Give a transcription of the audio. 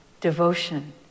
devotion